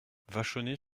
vachonnet